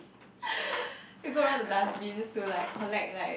he will go around the dustbins to like collect like